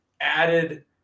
added